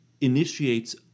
initiates